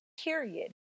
period